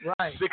Right